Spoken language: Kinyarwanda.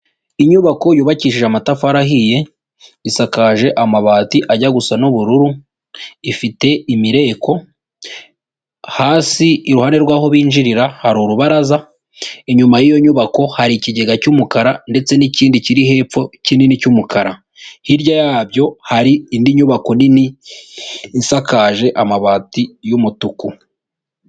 Inyubako yubakishije amatafari ahiye, isakaje amabati ajya gusa n'ubururu, ifite imireko, hasi iruhande rw'aho binjirira hari urubaraza, inyuma yiyo nyubako hari ikigega cy'umukara ndetse n'ikindi kiri hepfo kinini cy'umukara, hirya yabyo hari indi nyubako nini isakaje amabati y'umutuku.